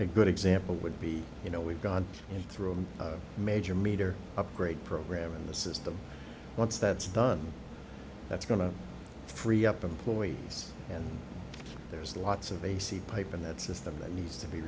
a good example would be you know we've gone through a major major upgrade program in the system once that's done that's going to free up employees and there's lots of a c pipe and that system that needs to be